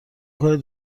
میکنید